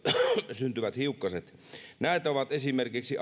syntyvät hiukkaset niitä syntyy esimerkiksi